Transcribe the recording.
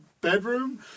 bedroom